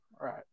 Right